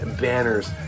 banners